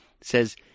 says